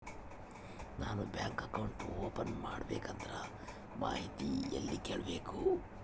ನಾನು bank account open ಮಾಡಬೇಕಂದ್ರ ಮಾಹಿತಿ ಎಲ್ಲಿ ಕೇಳಬೇಕು?